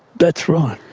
that's right.